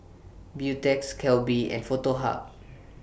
Beautex Calbee and Foto Hub